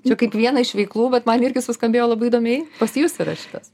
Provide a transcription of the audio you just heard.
čia kaip vieną iš veiklų bet man irgi suskambėjo labai įdomiai pas jus yra šitas